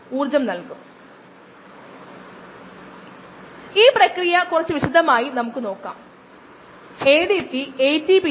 നമുക്ക് ഒന്ന് നോക്കാം ഇത് 14 ാം നമ്പർ OD അളക്കലിൽ നൽകിയിരിക്കുന്നു നമുക്ക് പോയി ഈ വീഡിയോ നോക്കാം